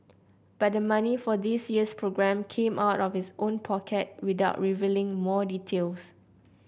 but the money for this year's programme came out of his own pocket without revealing more details